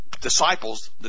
disciples